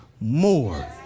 more